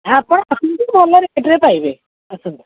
ଆପଣ ଆସନ୍ତୁ ଭଲ ରେଟ୍ରେ ପାଇବେ ଆସନ୍ତୁ